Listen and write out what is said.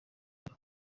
bari